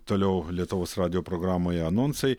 toliau lietuvos radijo programoje anonsai